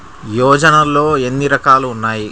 యోజనలో ఏన్ని రకాలు ఉన్నాయి?